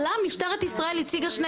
משטרת ישראל הציגה שתי